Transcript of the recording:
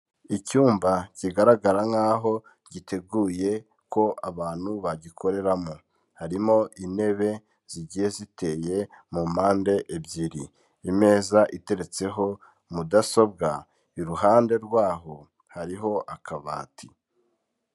Icyumba kigaragara nk'aho giteguye ko abantu bagikoreramo, harimo intebe zigiye ziteye mu mpande ebyiri, imeza iteretseho mudasobwa iruhande rwaho hariho akabati.